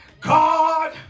God